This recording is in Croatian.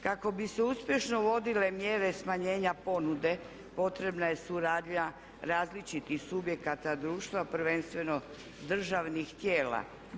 Kako bi se uspješno uvodile mjere smanjenja ponude potrebna je suradnja različitih subjekata društva prvenstveno državnih tijela.